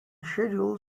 scheduled